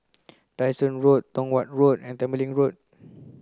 Dyson Road Tong Watt Road and Tembeling Road